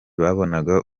babonaga